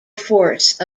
force